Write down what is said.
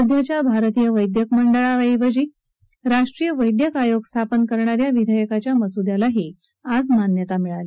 सध्याच्या भारतीय वैद्यक मंडळाऐवजी राष्ट्रीय वैद्यक आयोग स्थापन करण्या या विधेयकाच्या मसुद्यालाही आज मान्यता मिळली